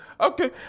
Okay